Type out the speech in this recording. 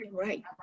right